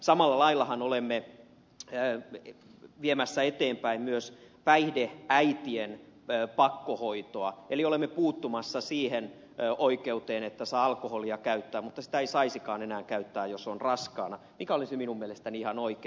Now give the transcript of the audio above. samalla laillahan olemme viemässä eteenpäin myös päihdeäitien pakkohoitoa eli olemme puuttumassa siihen oikeuteen että saa alkoholia käyttää mutta sitä ei saisikaan enää käyttää jos on raskaana mikä olisi minun mielestäni ihan oikein